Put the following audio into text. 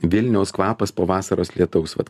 vilniaus kvapas po vasaros lietaus vat